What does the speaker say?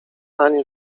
ani